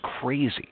crazy